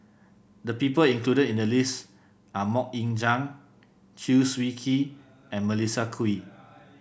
the people included in the list are MoK Ying Jang Chew Swee Kee and Melissa Kwee